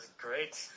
great